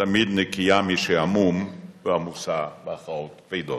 היא תמיד נקייה משעמום ועמוסה בהכרעות כבדות.